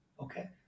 okay